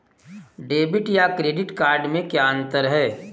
Debit या credit card में क्या अन्तर है?